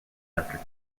after